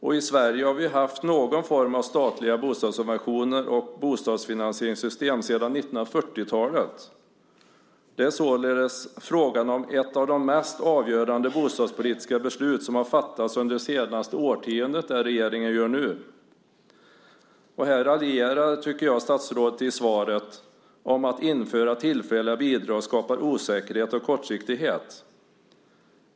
I Sverige har vi haft någon form av statliga bostadssubventioner och bostadsfinansieringssystem sedan 1940-talet. Det som regeringen gör nu är således ett av de mest avgörande bostadspolitiska beslut som har fattats under det senaste årtiondet. Jag tycker att statsrådet raljerar i svaret när han talar om att införandet av tillfälliga bidrag skapar osäkerhet och kortsiktighet.